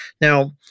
Now